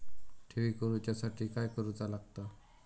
ठेवी करूच्या साठी काय करूचा लागता?